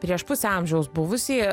prieš pusę amžiaus buvusį